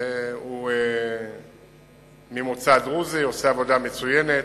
הוא ממוצא דרוזי, עושה עבודה מצוינת,